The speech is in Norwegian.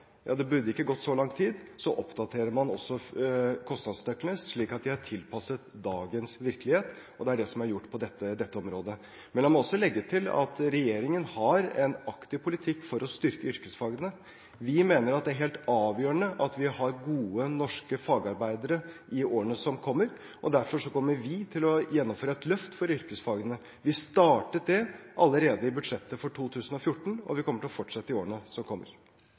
det burde ikke gått så lang tid – oppdaterer man også kostnadsnøklene slik at de er tilpasset dagens virkelighet, og det er det som er gjort på dette området. Men la meg også legge til at regjeringen har en aktiv politikk for å styrke yrkesfagene. Vi mener det er helt avgjørende at vi har gode norske fagarbeidere i årene som kommer, og derfor kommer vi til å gjennomføre et løft for yrkesfagene. Vi startet det allerede i budsjettet for 2014, og vi kommer til å fortsette i årene som kommer.